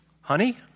honey